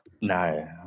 No